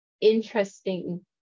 interesting